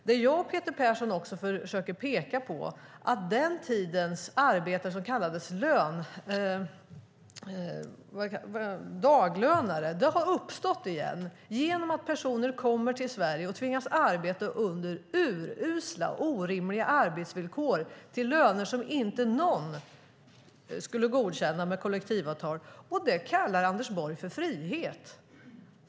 Det jag och Peter Persson försöker peka på är att den tidens arbetare som kallades daglönare har uppstått igen genom att personer kommer till Sverige och tvingas arbeta under urusla och orimliga arbetsvillkor till löner som inte någon skulle godkänna med kollektivavtal. Det kallar Anders Borg för frihet.